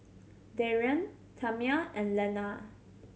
Darrion Tamia and Lenna